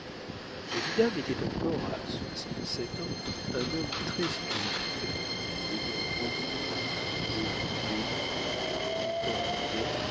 le vidame était encore à soixante-sept ans un homme très-spirituel ayant beaucoup vu beaucoup vécu contant bien